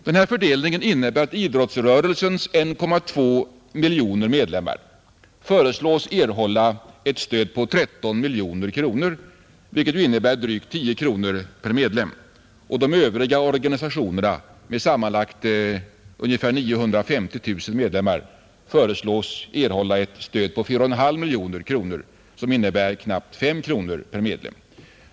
Denna fördelning innebär att idrottsrörelsens 1,2 miljoner medlemmar föreslås erhålla ett stöd på 13 miljoner kronor, vilket ju innebär drygt 10 kronor per medlem, och att de övriga organisationerna med sammanlagt ungefär 950 000 medlemmar föreslås erhålla ett stöd på 4,5 miljoner kronor, vilket innebär knappt 5 kronor per medlem.